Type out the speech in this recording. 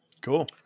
Cool